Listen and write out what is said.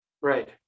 right